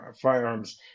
firearms